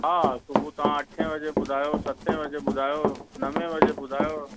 हा सुबुहु तव्हां अठ वजे ॿुधायो सत वजे ॿुधायो नव वजे ॿुधायो